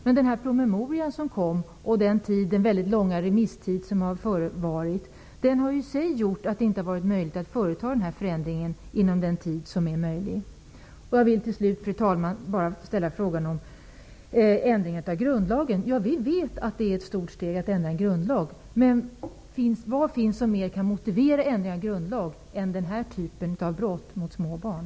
Men den promemoria som kom och den mycket långa remisstiden på den har i sig gjort att det inte har varit möjligt att vidta några åtgärder ännu. Till slut vill jag, fru talman, bara ta upp frågan om en ändring av grundlagen. Vi vet att det är ett stort steg att ändra en grundlag. Men vad skulle mer kunna motivera en ändring av grundlagen än sådana här brott mot små barn?